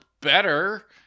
better